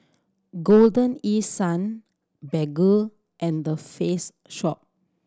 Golden East Sun Baggu and The Face Shop